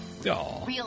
Real